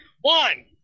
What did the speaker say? one